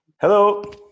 Hello